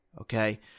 Okay